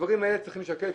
הדברים האלה צריכים להישקל,